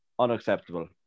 unacceptable